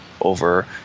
over